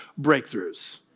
breakthroughs